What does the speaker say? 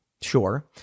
Sure